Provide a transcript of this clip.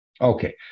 okay